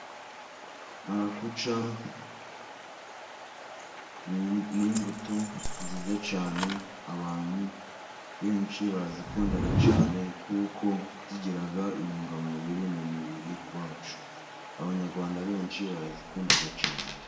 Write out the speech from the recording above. Marakuca ni imbuto nziza cyane, abantu benshi barazikunda cyane kuko zigira intungamubiri mu mubiri wacu. Abanyarwanda benshi barazikunda cyane.